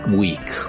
week